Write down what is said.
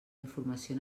informació